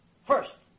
First